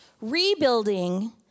Rebuilding